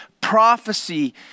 prophecy